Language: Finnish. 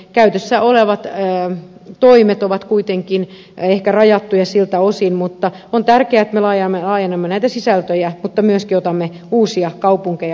käytössä olevat toimet ovat kuitenkin ehkä rajattuja siltä osin mutta on tärkeää että me laajennamme näitä sisältöjä mutta myöskin otamme uusia kaupunkeja mukaan